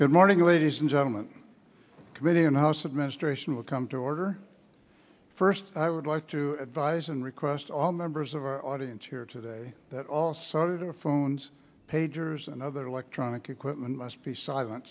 good morning ladies and gentlemen committee and house administration will come to order first i would like to advise and request all members of our audience here today that all started our phones pagers and other electronic equipment must be silen